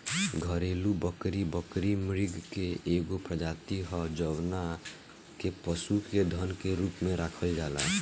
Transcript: घरेलु बकरी, बकरी मृग के एगो प्रजाति ह जवना के पशु के धन के रूप में राखल जाला